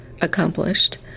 accomplished